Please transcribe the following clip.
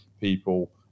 people